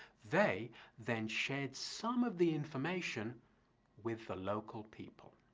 they then shared some of the information with the local people.